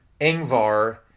Ingvar